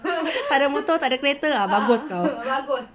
takde motor takde kereta ah bagus kau